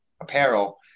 apparel